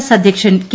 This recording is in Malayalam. എസ് അധ്യക്ഷൻ കെ